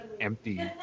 empty